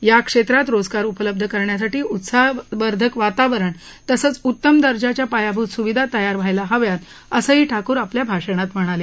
या क्षेत्रामधे रोजगार उपलब्ध करण्यासाठी उत्साहवर्धक वातावरण तसंच उत्तम दर्जाच्या पायाभूत सुविधा तयार व्हायला हव्यात असंही ठाकूर आपल्या भाषणात म्हणाले